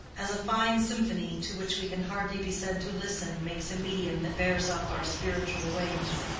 as a fine symphony to which we can hardly be said to listen, makes a medium that bears up our spiritual wings.